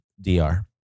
DR